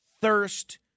thirst